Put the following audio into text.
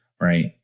Right